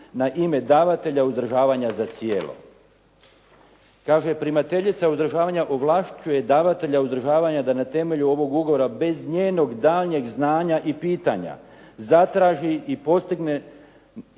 na ime davatelja uzdržavanja za cijelo." Kaže: "Primateljica uzdržavanja ovlašćuje davatelja uzdržavanja da na temelju ovog ugovora bez njenog daljnjeg znanja i pitanja zatraži i postigne na svoje